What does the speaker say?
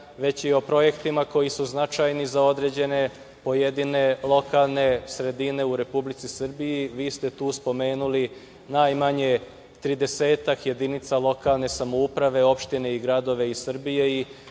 već i o projektima koji su značajni za određene pojedine lokalne sredine u Republici Srbiji. Vi ste tu spomenuli najmanje tridesetak jedinica lokalne samouprave, opštine i gradove Srbije